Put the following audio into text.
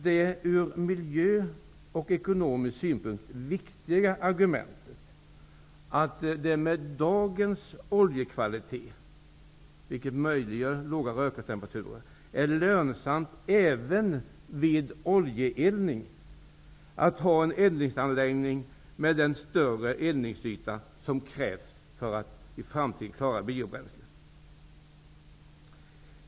Det är ur miljö och ekonomisk synpunkt ett viktigt argument att det med dagens oljekvalitet, som möjliggör låga röktemperaturer, är lönsamt även vid oljeeldning att ha en eldningsanläggning med den större eldningsyta som krävs för att i framtiden gå över till biobränslen.